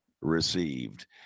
received